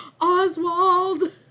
Oswald